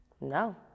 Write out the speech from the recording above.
No